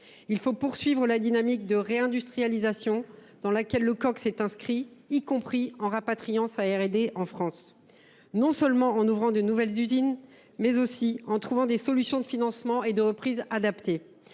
Il faut poursuivre la dynamique de réindustrialisation dans laquelle le Coq s’est inscrit, y compris en rapatriant son centre de recherche et développement (R&D) en France, non seulement en ouvrant de nouvelles usines, mais aussi en trouvant des solutions de financement et de reprise adaptées.